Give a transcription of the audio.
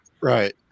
Right